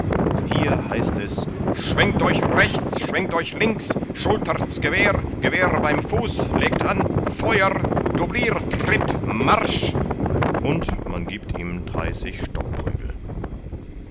hier heißt es schwenkt euch rechts schwenkt euch links schultert's gewehr gewehr beim fuß legt an feuer dublirtritt marsch und man giebt ihm dreißig